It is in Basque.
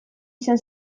izan